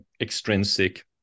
extrinsic